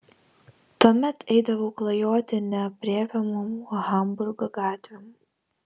tuomet eidavau klajoti neaprėpiamom hamburgo gatvėm